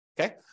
okay